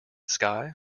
sky